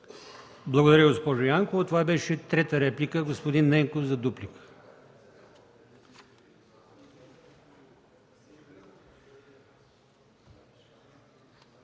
Благодаря, госпожо Янкова. Това беше трета реплика. Господин Ненков, имате